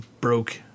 Broke